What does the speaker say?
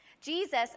Jesus